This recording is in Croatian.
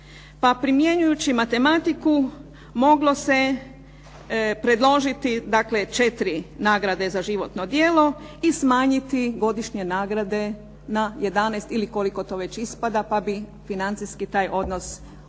primjenjujući matematiku moglo se predložiti dakle četiri nagrade za životno djelo i smanjiti godišnje nagrade na 11 ili koliko to već ispada, pa bi financijski taj odnos ukupnu